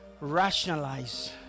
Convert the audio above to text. rationalize